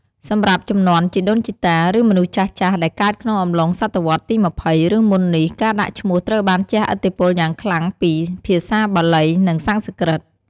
សម្រាប់ជំនាន់ជីដូនជីតា ឬមនុស្សចាស់ៗដែលកើតក្នុងអំឡុងសតវត្សទី២០ ឬមុននេះ ការដាក់ឈ្មោះត្រូវបានជះឥទ្ធិពលយ៉ាងខ្លាំងពី ភាសាបាលី និងសំស្ក្រឹត។